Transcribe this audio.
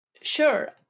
Sure